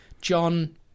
John